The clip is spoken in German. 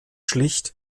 schlicht